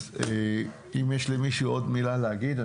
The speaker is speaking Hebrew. האם יש למישהו עוד מילה להגיד?